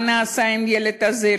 מה נעשה עם הילד הזה?